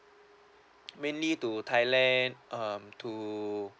mainly to thailand um to